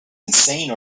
insane